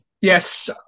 Yes